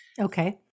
Okay